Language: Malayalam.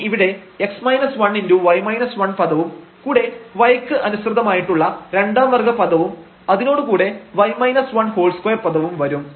ഇനി ഇവിടെ പദവും കൂടെ y ക്ക് അനുസൃതമായിട്ടുള്ള രണ്ടാം വർഗ്ഗ പദവും അതിനോടു കൂടെ 2 പദവും വരും